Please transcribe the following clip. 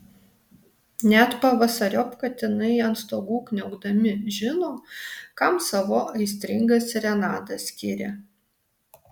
net pavasariop katinai ant stogų kniaukdami žino kam savo aistringas serenadas skiria